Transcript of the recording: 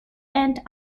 and